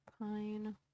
Pine